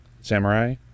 Samurai